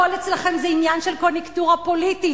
הכול אצלכם זה עניין של קוניונקטורה פוליטית,